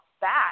back